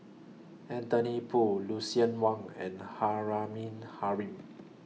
Anthony Poon Lucien Wang and Rahimah Rahim